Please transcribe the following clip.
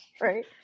Right